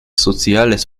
soziales